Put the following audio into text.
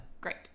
great